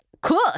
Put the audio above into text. Cool